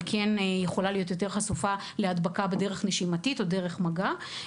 אבל היא כן יכולה להיות יותר חשופה להדבקה בדרך נשימתית או בדרך מגע.